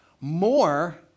More